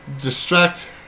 Distract